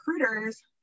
recruiters